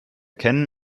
kennen